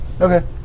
Okay